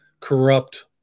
Corrupt